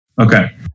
Okay